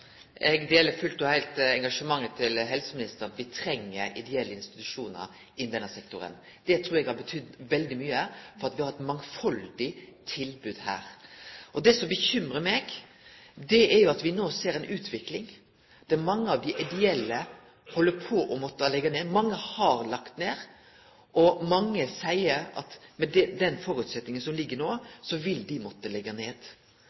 Eg deler fullt og heilt engasjementet til helseministeren. Vi treng ideelle institusjonar i denne sektoren. Det trur eg har betydd veldig mykje for at vi har hatt eit mangfaldig tilbod her. Det som bekymrar meg, er at vi no ser ei utvikling der mange av dei ideelle held på å måtte leggje ned. Mange har lagt ned, og mange seier at med den føresetnaden som ligg der no, vil dei måtte leggje ned.